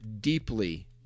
deeply